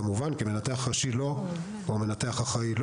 כמובן "כמנתח ראשי" או "מנתח אחראי".